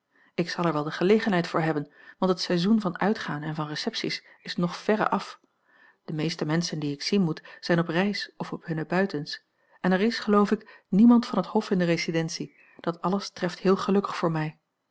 ik zal er wel de gelegenheid voor hebben want het seizoen van uitgaan en van recepties is nog verre af de meeste menschen die ik zien moet zijn op reis of op hunne buitens en er is geloof ik niemand van het hof in de residentie dat alles treft heel gelukkig voor mij